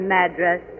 Madras